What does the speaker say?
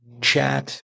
chat